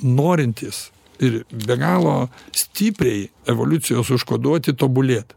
norintys ir be galo stipriai evoliucijos užkoduoti tobulėt